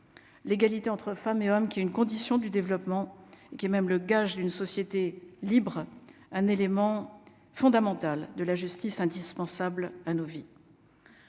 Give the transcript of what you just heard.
l'égalité entre femmes et hommes qui est une condition du développement qui est même le gage d'une société libre, un élément fondamental de la justice indispensables à nos vies.